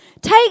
take